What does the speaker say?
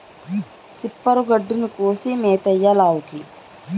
సిప్పరు గడ్డిని కోసి మేతెయ్యాలావుకి